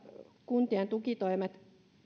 kuntien tukitoimien